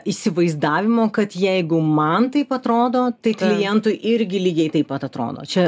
įsivaizdavimo kad jeigu man taip atrodo tai klientui irgi lygiai taip pat atrodo čia